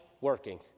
working